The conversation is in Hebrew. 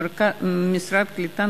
במשרד הקליטה,